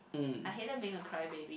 um